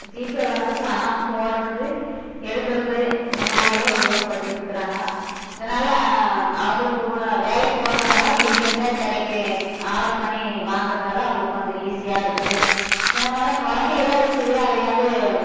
ஜிபேவில் வந்து பணம் போடுறது எடுக்கிறது இந்தமாதிரியெல்லாம் உபயோகப்படுத்திகிட்டு இருக்குறாங்க இதனால் அவங்களுக்கு வேலைக்கு போகிறதுனால வீட்லேருந்தே கிடைக்கும் ஆர்டர் பண்ணி வாங்குறதுனால அவங்களுக்கு கொஞ்சம் ஈஸியாக இருக்கு அந்தமாதிரி குழந்தைகள்லாம் இருக்குது அதை வந்து